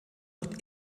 wird